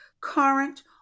current